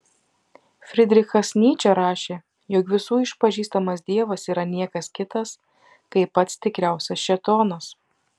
fridrichas nyčė rašė jog visų išpažįstamas dievas yra niekas kitas kaip pats tikriausias šėtonas